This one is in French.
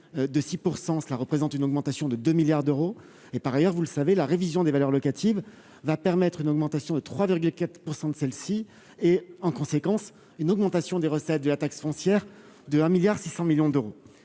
de 6 % cela représente une augmentation de 2 milliards d'euros, et par ailleurs, vous le savez, la révision des valeurs locatives va permettre une augmentation de 3,4 % de celle-ci et en conséquence une augmentation des recettes de la taxe foncière de 1 milliard 600